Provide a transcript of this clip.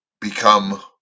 become